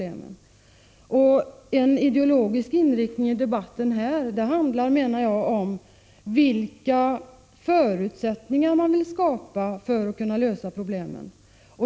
En ideologisk inriktning av debatten handlar om vilka förutsättningar man vill skapa för att kunna lösa problemen.